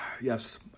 Yes